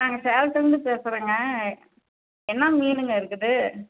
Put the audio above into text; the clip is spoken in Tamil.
நாங்கள் சேலத்துலேருந்து பேசுகிறோங்க என்ன மீனுங்க இருக்குது